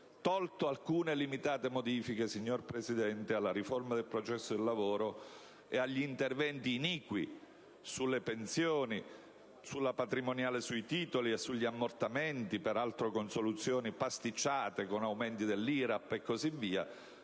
tolte alcune limitate modifiche alla riforma del processo del lavoro e agli interventi iniqui su pensioni, patrimoniale sui titoli e ammortamenti (peraltro, con soluzioni pasticciate con aumenti dell'IRAP e così via),